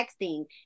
texting